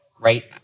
right